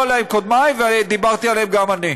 עליהם קודמיי ודיברתי עליהם גם אני.